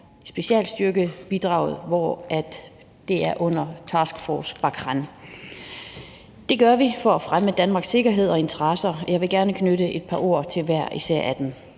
specialstyrkebidraget, der er under Operation Barkhane. Det gør vi for at fremme Danmarks sikkerhed og interesser, og jeg vil gerne knytte et par ord til hver især af